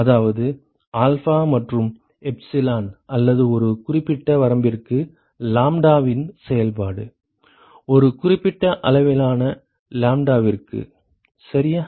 அதாவது ஆல்பா மற்றும் எப்சிலான் அல்லது ஒரு குறிப்பிட்ட வரம்பிற்கு லாம்ப்டாவின் செயல்பாடு ஒரு குறிப்பிட்ட அளவிலான லாம்ப்டாவிற்கு சரியா